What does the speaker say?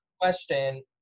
question